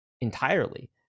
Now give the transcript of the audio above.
entirely